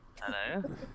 Hello